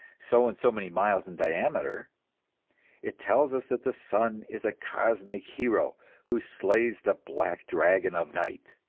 so and so many miles in diameter it tells us that the sun is a cosmic hero who slays the black dragon of night.